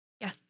Yes